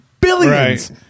billions